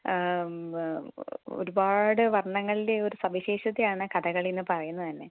ഒരുപാട് വർണ്ണങ്ങളിലെ ഒരു സവിശേഷതയാണ് കഥകളി എന്ന് പറയുന്നത് തന്നെ